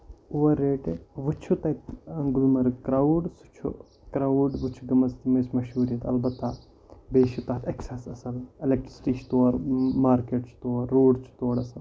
over rated وُچھُو تۄہہِ Gulmarg crowd سُہ چھُ کراوُڈ وُچھنس منٛز مشہوٗر یتہِ اَلبتہ بیٚیہِ چھُ تَتھ ایکسس آسان اِلیکٹرسِٹی چھِ تورٕ مارکیٹ چھُ تورٕ روڈ چھُ تورٕ آسان